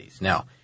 Now